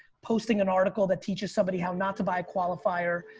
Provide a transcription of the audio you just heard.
posting an article that teaches somebody how not to buy a qualifier.